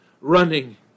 running